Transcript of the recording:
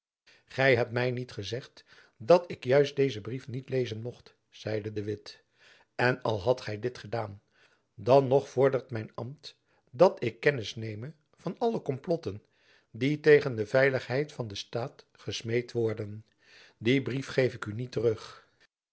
gy hebt my niet gezegd dat ik juist dezen brief niet lezen mocht zeide de witt en al hadt gy dit gedaan dan nog vordert mijn ambt dat ik kennis neme van alle komplotten die tegen de veiligheid van dezen staat gesmeed worden dien brief geef ik u niet terug